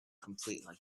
completely